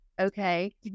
okay